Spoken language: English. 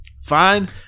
Fine